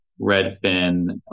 Redfin